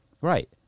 right